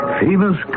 famous